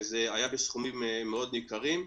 זה היה בסכומים ניכרים מאוד.